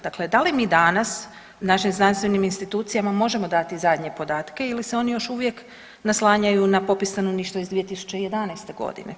Dakle, da li mi danas našim znanstvenim institucijama možemo dati zadnje podatke ili se oni još uvijek naslanjaju na popis stanovništva iz 2011. godine.